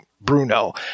Bruno